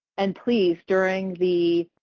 and please during the